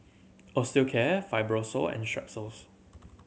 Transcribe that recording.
Osteocare Fibrosol and Strepsils